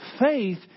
Faith